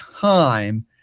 time